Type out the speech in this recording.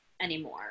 anymore